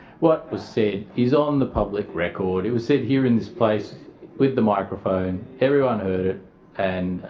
what was said is on the public record. it was said here in this place with the microphone, everyone heard it and